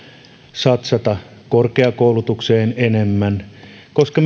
satsata korkeakoulutukseen enemmän koska